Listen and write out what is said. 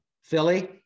philly